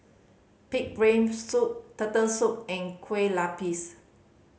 pig brain soup Turtle Soup and kue lupis